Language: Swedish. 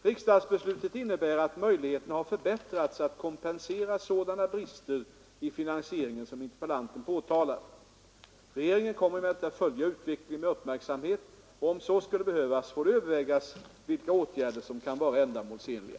Riksdagsbeslutet innebär att möjligheterna har förbättrats att kompensera sådana brister i finansieringen som interpellanten påtalar. Regeringen kommer emellertid att följa utvecklingen med uppmärksamhet och om så skulle behövas får det övervägas vilka åtgärder som kan vara ändamålsenliga.